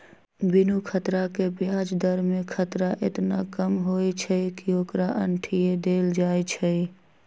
बिनु खतरा के ब्याज दर में खतरा एतना कम होइ छइ कि ओकरा अंठिय देल जाइ छइ